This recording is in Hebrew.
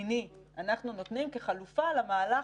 מדיני אנחנו נותנים כחלופה למהלך,